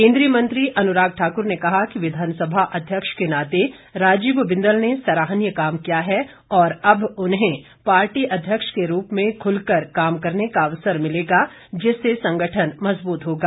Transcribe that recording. केंद्रीय मंत्री अनुराग ठाकुर ने कहा कि विधानसभा अध्यक्ष के नाते राजीव बिंदल ने सराहनीय काम किया है और अब उन्हें पार्टी अध्यक्ष के रूप में खुलकर काम करने का अवसर मिलेगा जिससे संगठन मजबूत होगा